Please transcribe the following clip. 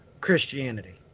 Christianity